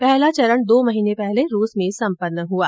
पहला चरण दो महीने पहले रूस में संपन्न हआ